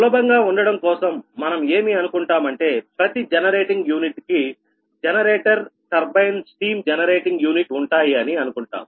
సులభంగా ఉండడం కోసం మనం ఏమి అనుకుంటాం అంటే ప్రతి జనరేటింగ్ యూనిట్ కి generator turbine steam generating unit ఉంటాయి అని అనుకుంటాం